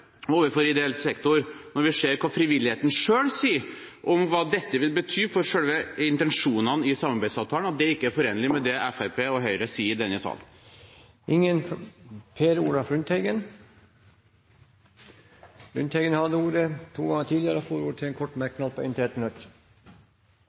overfor ideell sektor når vi ser hva frivilligheten selv sier om hva dette vil bety for selve intensjonene i samarbeidsavtalen, at det ikke er forenlig med det Fremskrittspartiet og Høyre sier i denne salen. Representanten Per Olaf Lundteigen har hatt ordet to ganger tidligere og får ordet til en kort